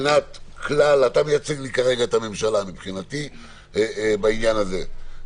אתה מייצג כרגע את הממשלה בעניין הזה.